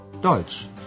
Deutsch